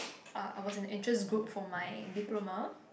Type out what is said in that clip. uh I was in an interest group for my diploma